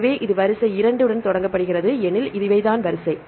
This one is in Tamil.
எனவே இது வரிசை 2 உடன் தொடங்கப்படுகிறது எனில் இவை தான் வரிசை